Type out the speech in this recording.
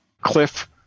Cliff